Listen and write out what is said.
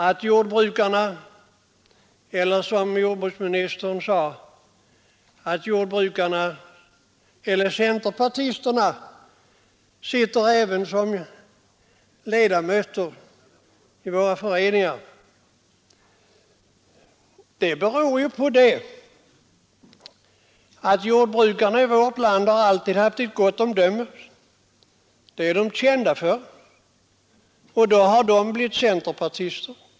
Att centerpartisterna, som jordbruksministern sade, även sitter som ledamöter i våra föreningar beror ju på att jordbrukarna i vårt land alltid haft ett gott omdöme — det är de kända för — och därför har blivit centerpartister.